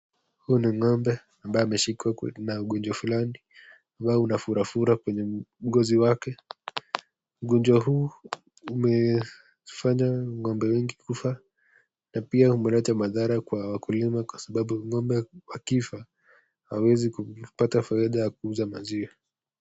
Huyu ni ng'ombe ambaye ameshikwa na ugonjwa fulani ambayo unafurafura kwenye ngozi yake. Ugonjwa huu umefanya ng'ombe wengi kukufa na pia umeleta madhara kwa wakulima kwa sababu ng'ombe wakifa hawawezi kupata faida ya kuuza maziwa.